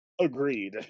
Agreed